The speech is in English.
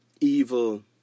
evil